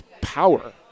power